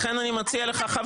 הרי ברור שהתכליות של